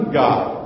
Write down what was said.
god